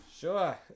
Sure